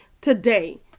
today